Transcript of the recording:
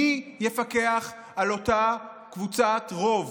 מי יפקח על אותה קבוצת רוב?